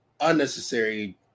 unnecessary